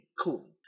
Cool